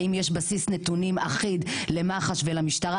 האם יש בסיס נתונים אחיד למח"ש ולמשטרה?